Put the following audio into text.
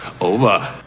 over